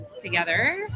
together